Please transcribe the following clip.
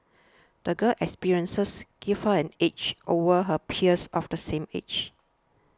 the girl's experiences gave her an edge over her peers of the same age